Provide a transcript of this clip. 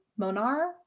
Monar